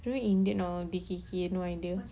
you know indian or K K K no idea